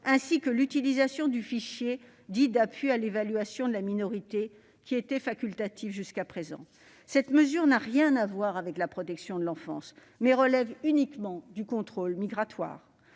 ainsi que l'utilisation du fichier d'appui à l'évaluation de la minorité, qui était facultative jusqu'à présent. Cette mesure n'a rien à voir avec la protection de l'enfance, mais relève uniquement du contrôle migratoire.